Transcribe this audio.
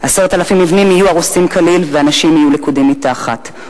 10,000 מבנים יהיו הרוסים כליל ואנשים יהיו לכודים תחתיהם.